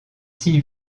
six